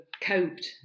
coped